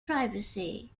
privacy